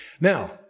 Now